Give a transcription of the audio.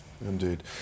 Indeed